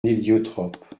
héliotrope